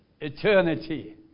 Eternity